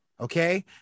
Okay